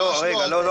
לא לא.